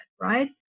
right